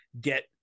get